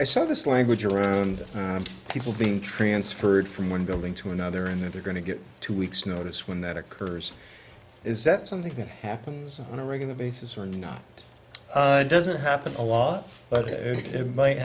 i saw this language around people being transferred from one building to another and they're going to get two weeks notice when that occurs is that something that happens on a regular basis or not it doesn't happen a lot but it might